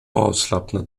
avslappnad